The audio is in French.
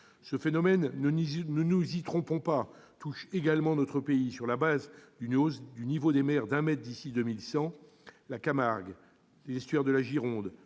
Ce phénomène, ne nous y trompons pas, touche également notre pays : sur la base d'une hausse du niveau des mers d'un mètre d'ici à 2100, la Camargue, l'estuaire de la Gironde